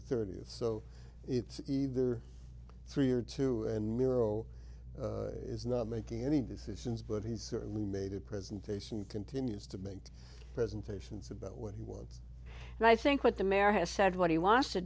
the third so it's either three or two and nero is not making any decisions but he's certainly made a presentation continues to make presentations about what he wants and i think what the mayor has said what he wants to